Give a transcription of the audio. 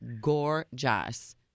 gorgeous